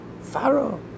Pharaoh